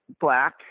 black